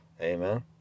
Amen